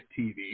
TV